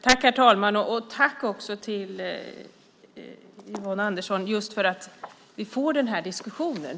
Herr talman! Tack, Yvonne Andersson, för att vi får den här diskussionen.